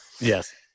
Yes